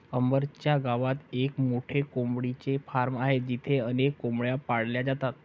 अंबर च्या गावात एक मोठे कोंबडीचे फार्म आहे जिथे अनेक कोंबड्या पाळल्या जातात